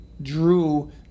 drew